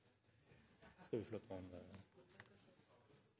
skal vi